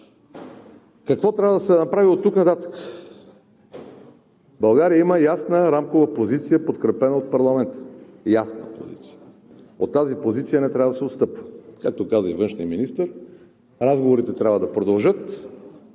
Какво трябва да се направи оттук нататък? България има ясна Рамкова позиция, подкрепена от парламента. Ясна позиция! От тази позиция не трябва да се отстъпва, както каза и външният министър: „Разговорите трябва да продължат.“